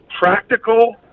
Practical